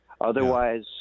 Otherwise